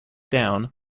down